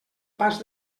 pas